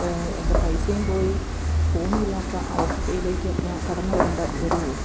എൻ്റെ പൈസയും പോയി ഫോണുമില്ലാത്ത അവസ്ഥയിലേക്ക് ഞാൻ കടന്നുവരേണ്ടിവരുമോ